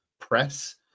press